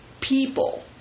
people